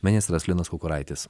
ministras linas kukuraitis